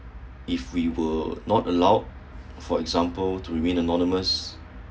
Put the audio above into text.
if we were not allowed for example to remain anonymous